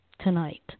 tonight